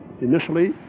Initially